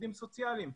עובדים סוציאליים.